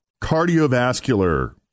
cardiovascular